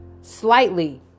slightly